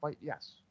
Yes